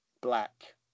black